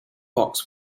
box